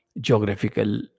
geographical